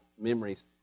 memories